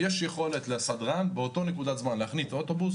יש יכולת לסדרן באותה נקודת זמן להחליט שהאוטובוס